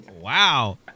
Wow